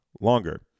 longer